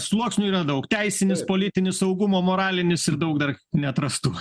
sluoksnių yra daug teisinis politinis saugumo moralinis ir daug dar neatrastų